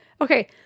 Okay